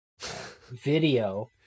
video